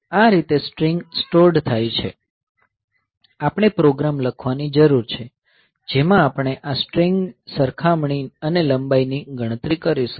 આ રીતે string stored થાય છે આપણે પ્રોગ્રામ લખવાની જરૂર છે જેમાં આપણે આ સ્ટ્રિંગ સરખામણી અને લંબાઈ ની ગણતરી કરીશું